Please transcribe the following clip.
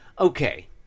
okay